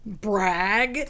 Brag